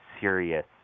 serious